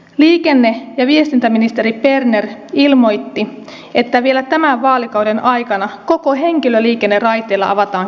liikenne ja viestintäministeri berner ilmoitti että vielä tämän vaalikauden aikana koko henkilöliikenne raiteilla avataan kilpailulle